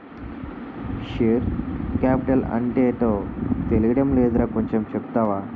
Share capital అంటేటో తెలీడం లేదురా కొంచెం చెప్తావా?